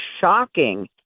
shocking